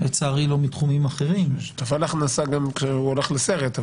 לצערי לא מתחומים אחרים --- היא שותפה להכנסה גם כשהוא הולך לסרט,